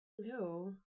No